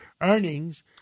earnings